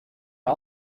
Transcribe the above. der